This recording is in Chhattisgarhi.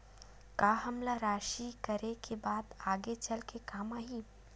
का हमला राशि करे के बाद आगे चल के काम आही?